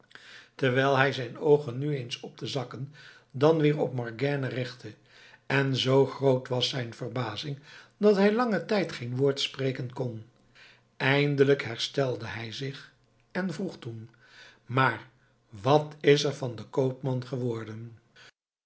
terwijl hij zijn oogen nu eens op de zakken dan weer op morgiane richtte en zoo groot was zijn verbazing dat hij langen tijd geen woord spreken kon eindelijk herstelde hij zich en vroeg toen maar wat is er van den koopman geworden